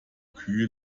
kühe